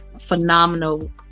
phenomenal